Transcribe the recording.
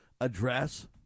address